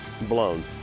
Blown